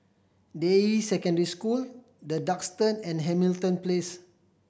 Deyi Secondary School The Duxton and Hamilton Place